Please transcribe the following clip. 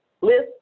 list